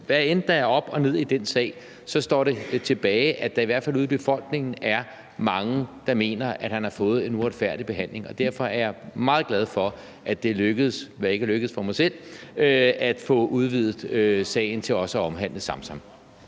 hvad end der er op og ned i den sag, står det tilbage, at der i hvert fald ude i befolkningen er mange, der mener, at han har fået en uretfærdig behandling. Derfor er jeg meget glad for, at det er lykkedes, hvad der ikke lykkedes for mig selv, nemlig at få udvidet sagen til også at omhandle Samsam.